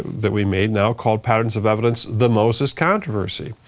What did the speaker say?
that we made now called patterns of evidence, the moses controversy.